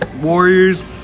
Warriors